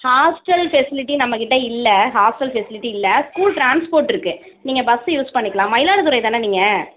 hostel facility நம்ம கிட்டே இல்லை ஹாஸ்டல் ஃபெசிலிட்டி இல்லை ஸ்கூல் ட்ரான்ஸ்போட் இருக்குது நீங்கள் பஸ் யூஸ் பண்ணிக்கலாம் மயிலாடுதுறைதானே நீங்கள்